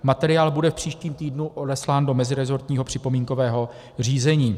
Materiál bude v příštím týdnu odeslán do meziresortního připomínkového řízení.